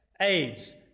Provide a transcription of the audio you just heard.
AIDS